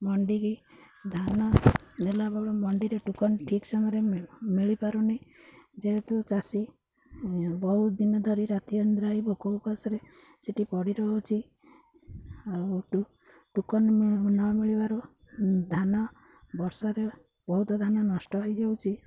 ମଣ୍ଡିିକି ଧାନ ଦେଲା ବେଳେ ମଣ୍ଡିରେ ଟୋକନ୍ ଠିକ୍ ସମୟରେ ମିଳିପାରୁନି ଯେହେତୁ ଚାଷୀ ବହୁତ ଦିନ ଧରି ରାତି ଅନିଦ୍ରା ହେଇ ଭୋକ ଉପାସରେ ସେଠି ପଡ଼ି ରହୁଛି ଆଉ ଟୋକନ୍ ନ ମିଳିବାରୁ ଧାନ ବର୍ଷାରେ ବହୁତ ଧାନ ନଷ୍ଟ ହେଇଯାଉଛି